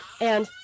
And-